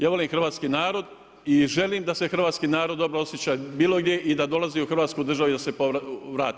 Ja volim hrvatski narod i želim da se hrvatski narod dobro osjeća bilo gdje i da dolazi u Hrvatsku državu i da se vrati.